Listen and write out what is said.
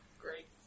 Great